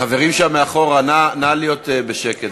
חברים שם מאחור, נא להיות בשקט.